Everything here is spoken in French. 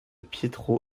pietro